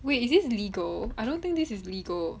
wait is this legal I don't think this is legal